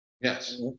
Yes